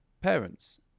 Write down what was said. parents